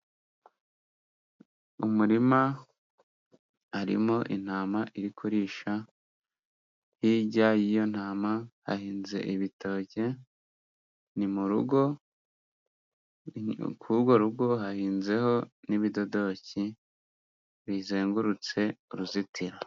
Umurima harimo intama iri kurisha, hirya y'iyo ntama hahinze ibitoke ni mu rugo, k'urwo rugo hahinzeho n'ibidodoki bizengurutse uruzitiro.